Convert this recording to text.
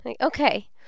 Okay